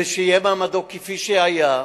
ושיהיה מעמדו כפי שהיה.